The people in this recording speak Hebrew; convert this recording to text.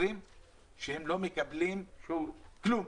20 שהם לא מקבלים כלום.